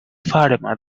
fatima